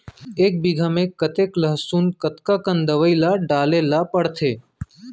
एक बीघा में कतेक लहसुन कतका कन दवई ल डाले ल पड़थे?